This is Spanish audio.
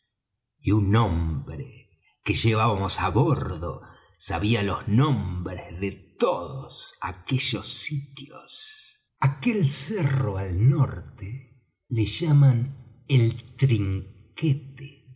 y un hombre que llevábamos á bordo sabía los nombres de todos aquellos sitios aquel cerro al norte le llaman el trinquete